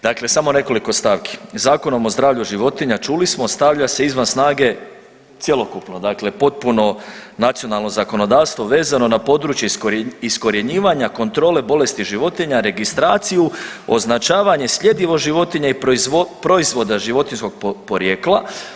Dakle, samo nekoliko stavki, Zakonom o zdravlju životinja čuli smo ostavlja se izvan snage cjelokupno dakle potpuno nacionalno zakonodavstvo vezano na područje iskorjenjivanja kontrole bolesti životinja, registraciju, označavanje, sljedivo život i proizvoda životinjskog porijekla.